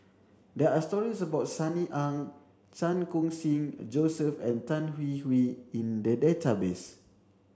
there are stories about Sunny Ang Chan Khun Sing Joseph and Tan Hwee Hwee in the database